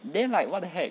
then like what the heck